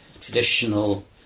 traditional